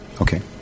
Okay